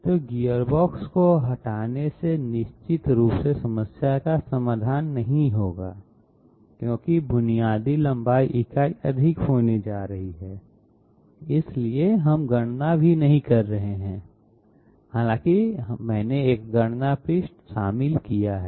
तो गियरबॉक्स को हटाने से निश्चित रूप से समस्या का समाधान नहीं होगा क्योंकि बुनियादी लंबाई इकाई अधिक होने जा रही है इसलिए हम गणना भी नहीं कर रहे हैं हालांकि मैंने एक गणना पृष्ठ शामिल किया है